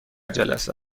جلسه